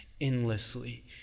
endlessly